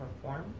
perform